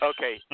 Okay